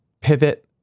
pivot